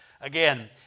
again